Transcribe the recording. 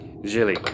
Jilly